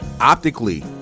optically